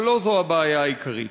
אבל לא זו הבעיה העיקרית.